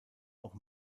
auch